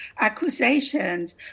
accusations